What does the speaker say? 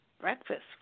Breakfast